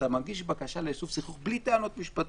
אתה מגיש בקשה ליישוב סכסוכים בלי טענות משפטיות,